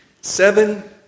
Seven